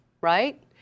right